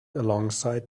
alongside